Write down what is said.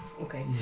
Okay